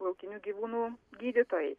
laukinių gyvūnų gydytojai